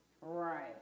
Right